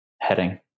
heading